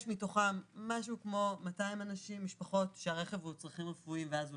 מתוכם כ-200 משפחות שהרכב הוא לצרכים רפואיים אז הוא